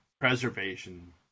preservation